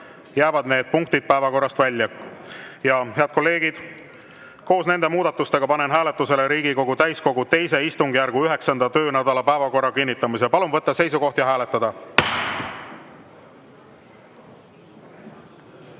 jäävad need punktid päevakorrast välja. Koos nende muudatustega panen hääletusele Riigikogu täiskogu II istungjärgu 9. töönädala päevakorra kinnitamise. Palun võtta seisukoht ja hääletada!(Urmas